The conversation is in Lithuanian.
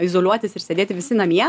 izoliuotis ir sėdėti visi namie